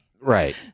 right